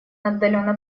отдаленно